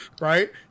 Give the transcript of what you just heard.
right